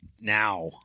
Now